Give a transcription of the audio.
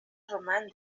roman